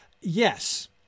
Yes